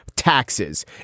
taxes